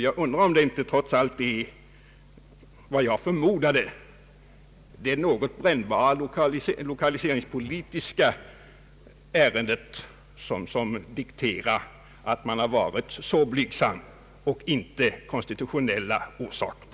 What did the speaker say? Jag undrar om det inte trots allt är, som jag förmodade, det något brännbara lokaliseringspolitiska ärendet och inte konstitutionella orsaker som är anledning till att man varit så blygsam.